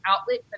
outlet